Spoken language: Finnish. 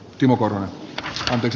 timo korhonen piti